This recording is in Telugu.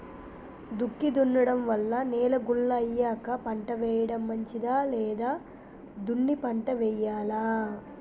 దుక్కి దున్నడం వల్ల నేల గుల్ల అయ్యాక పంట వేయడం మంచిదా లేదా దున్ని పంట వెయ్యాలా?